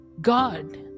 god